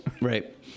Right